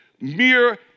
mere